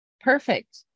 Perfect